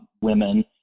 women